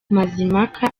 mazimpaka